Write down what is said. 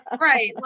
right